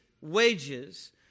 wages